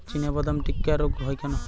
চিনাবাদাম টিক্কা রোগ হয় কেন?